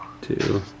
two